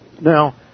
Now